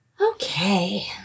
Okay